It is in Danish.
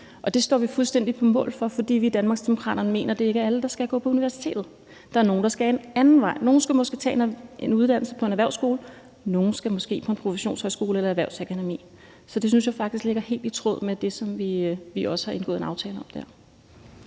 Og det står vi fuldstændig på mål for, fordi vi i Danmarksdemokraterne mener, at det ikke er alle, der skal gå på universitetet. Der er nogle, der skal en anden vej. Nogle skal måske tage en uddannelse på en erhvervsskole. Nogle skal måske på en professionshøjskole eller et erhvervsakademi. Så det synes jeg faktisk ligger helt i tråd med det, som vi også har indgået en aftale om der.